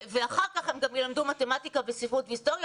אחר כך הם גם ילמדו מתמטיקה וספרות והיסטוריה